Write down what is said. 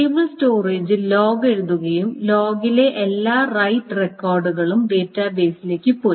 stable സ്റ്റോറേജിൽ log എഴുതുകയും ലോഗിലെ എല്ലാ റൈറ്റ് റെക്കോർഡുകളും ഡാറ്റാബേസിലേക്ക് പോയി